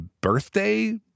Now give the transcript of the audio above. birthday